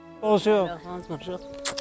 Bonjour